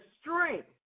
strength